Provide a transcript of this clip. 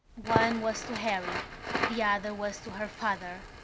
one was to harry the other was to her father.